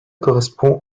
correspond